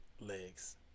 Legs